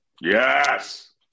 Yes